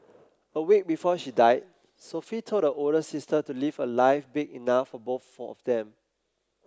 a week before she died Sophie told her older sister to live a life big enough for both for of them